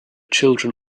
children